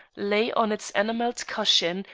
lay on its enamelled cushion,